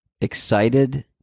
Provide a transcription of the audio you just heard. excited